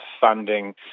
funding